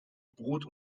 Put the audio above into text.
brot